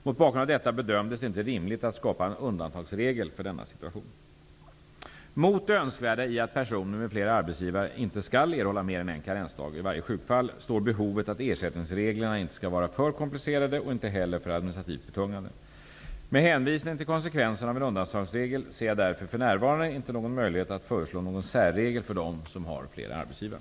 Mot bakgrund av detta bedömdes det inte rimligt att skapa en undantagsregel för denna situation. Mot det önskvärda i att personer med flera arbetsgivare inte skall erhålla mer än en karensdag i varje sjukfall står behovet att ersättningsreglerna inte skall vara för komplicerade och inte heller för administrativt betungande. Med hänvisning till konsekvenserna av en undantagsregel ser jag därför för närvarande inte någon möjlighet att föreslå någon särregel för dem som har flera arbetsgivare.